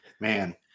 man